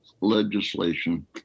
legislation